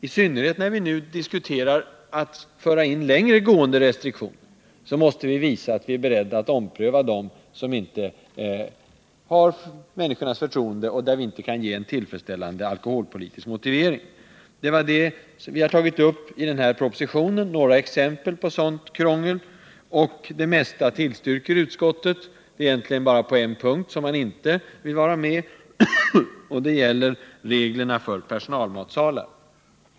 I synnerhet när vi nu diskuterar att införa längre gående restriktioner måste vi visa att vi är beredda att ompröva de restriktioner som inte har människornas förtroende och för vilka vi inte kan ge en tillfredsställande alkoholpolitisk motivering. Vi har i denna proposition tagit upp några exempel på sådant krångel. Utskottet tillstyrker de flesta förslagen — det är egentligen bara på en punkt som man inte vill vara med, och det gäller reglerna för personalmatsalar.